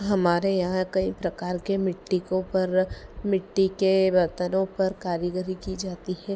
हमारे यहाँ कई प्रकार के मिट्टी को पर मिट्टी के बर्तनों पर कारीगरी की जाती है